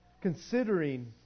Considering